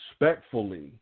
respectfully